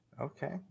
Okay